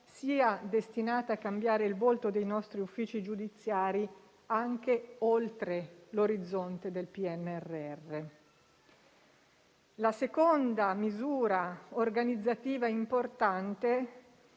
sia destinata a cambiare il volto dei nostri uffici giudiziari anche oltre l'orizzonte del PNRR. La seconda misura organizzativa importante